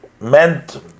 meant